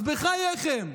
אז בחייכם,